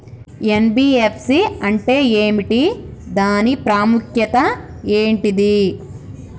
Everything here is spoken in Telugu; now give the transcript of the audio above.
ఎన్.బి.ఎఫ్.సి అంటే ఏమిటి దాని ప్రాముఖ్యత ఏంటిది?